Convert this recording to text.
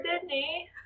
Disney